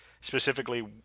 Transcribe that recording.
specifically